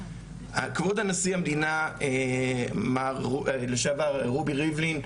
כבוד נשיא המדינה לשעבר, מר רובי ריבלין,